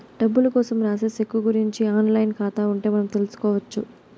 డబ్బులు కోసం రాసే సెక్కు గురుంచి ఆన్ లైన్ ఖాతా ఉంటే మనం తెల్సుకొచ్చు